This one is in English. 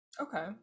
okay